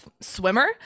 swimmer